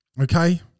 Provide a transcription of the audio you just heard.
okay